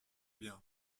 bien